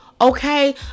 okay